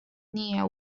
near